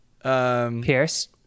Pierce